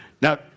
Now